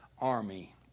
army